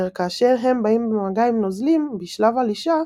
אשר כאשר הם באים במגע עם נוזלים בשלב הלישה,